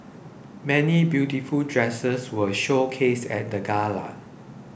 many beautiful dresses were showcased at the gala